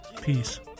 Peace